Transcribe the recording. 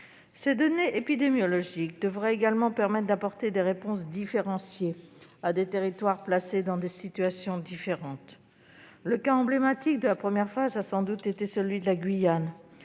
Ces données épidémiologiques devraient également permettre d'apporter des réponses différenciées à des territoires placés dans des situations différentes. Le cas emblématique de la première phase a sans doute été celui de la Guyane,